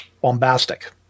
bombastic